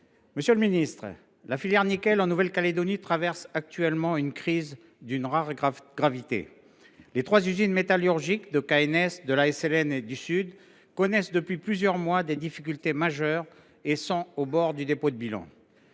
Monsieur le ministre, la filière du nickel en Nouvelle Calédonie traverse actuellement une crise d’une rare gravité. Les trois usines métallurgiques de Koniambo Nickel SAS (KNS), de la Société Le Nickel (SLN) et du Sud connaissent depuis plusieurs mois des difficultés majeures et sont au bord du dépôt de bilan.